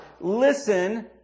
Listen